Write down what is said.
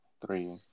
three